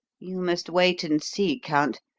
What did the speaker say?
you must wait and see, count.